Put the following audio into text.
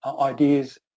ideas